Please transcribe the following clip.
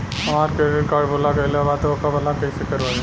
हमार credit card भुला गएल बा त ओके ब्लॉक कइसे करवाई?